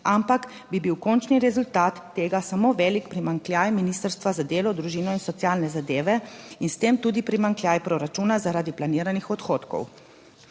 ampak bi bil končni rezultat tega samo velik primanjkljaj Ministrstva za delo, družino in socialne zadeve in s tem tudi primanjkljaj proračuna, zaradi planiranih odhodkov.